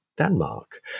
Denmark